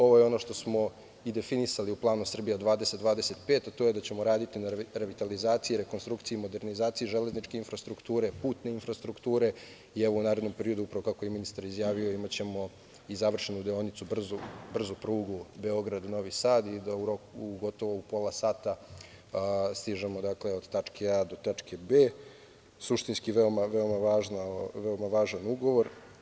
Ovo je ono što smo definisali u planu „Srbija 2025“, a to je da ćemo raditi na revitalizaciji, rekonstrukciji i modernizaciji železničke infrastrukture, putne infrastrukture i evo u narednom periodu, kako je ministar izjavio, imaćemo i završenu deonicu brze pruge Beograd-Novi Sad i da u gotovo pola sata stižemo od tačke A do tačke B. Suštinski, veoma važan ugovor.